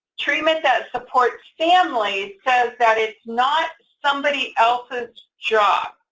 treatment that supports families says that it's not somebody else's job.